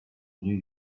new